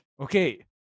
Okay